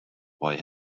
boy